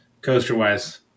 Coaster-wise